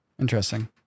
Interesting